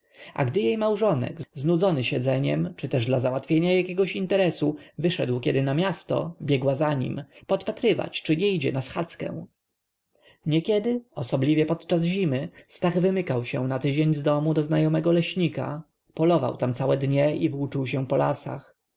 a gdy jej małżonek znudzony siedzeniem czy też dla załatwienia jakiego interesu wyszedł kiedy na miasto biegła za nim podpatrywać czy nie idzie na schadzkę niekiedy osobliwie podczas zimy stach wymykał się na tydzień z domu do znajomego leśnika polował tam całe dnie i włóczył się po lasach